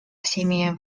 всеми